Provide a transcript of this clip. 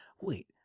wait